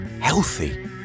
Healthy